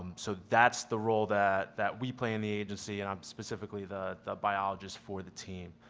um so that's the role that that we play in the agency and i'm specifically the the biologist for the team.